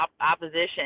opposition